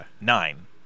nine